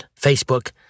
Facebook